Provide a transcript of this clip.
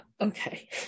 okay